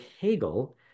Hegel